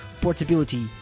portability